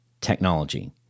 technology